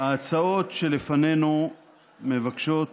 ההצעות שלפנינו מבקשות